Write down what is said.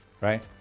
right